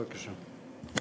בבקשה.